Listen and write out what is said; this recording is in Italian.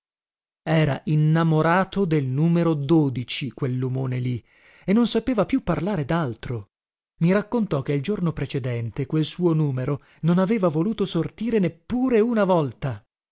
era innamorato del numero quell omone lì e non sapeva più parlare d altro i raccontò che il giorno precedente quel suo numero non aveva voluto sortire neppure una volta